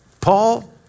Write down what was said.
Paul